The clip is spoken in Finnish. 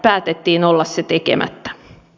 päätettiin olla se tekemättä